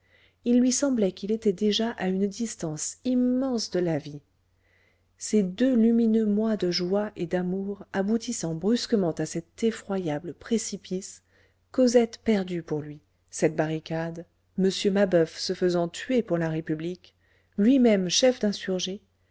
il lui semblait qu'il était déjà à une distance immense de la vie ses deux lumineux mois de joie et d'amour aboutissant brusquement à cet effroyable précipice cosette perdue pour lui cette barricade m mabeuf se faisant tuer pour la république lui-même chef d'insurgés